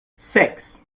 six